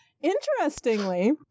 interestingly